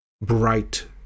bright